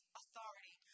authority